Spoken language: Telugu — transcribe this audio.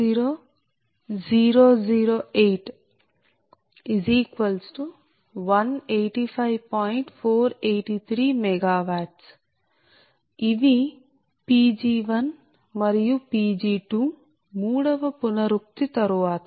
483 MW ఇవి Pg1 మరియు 𝑃𝑔2 మూడవ పునరుక్తి తరువాత